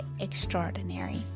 extraordinary